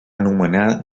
anomenar